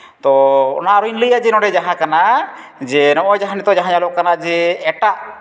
ᱛᱳ ᱚᱱᱟ ᱟᱨᱚᱧ ᱞᱟᱹᱭᱟ ᱡᱮ ᱱᱚᱸᱰᱮ ᱡᱟᱦᱟᱸ ᱠᱟᱱᱟ ᱡᱮ ᱱᱚᱜᱼᱚᱭ ᱡᱟᱦᱟᱸ ᱱᱤᱛᱚᱜ ᱡᱟᱦᱟᱸ ᱧᱮᱞᱚᱜ ᱠᱟᱱᱟ ᱡᱮ ᱮᱴᱟᱜ